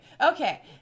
Okay